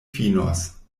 finos